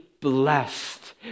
blessed